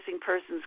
persons